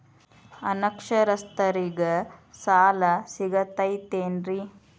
ಅನಕ್ಷರಸ್ಥರಿಗ ಸಾಲ ಸಿಗತೈತೇನ್ರಿ?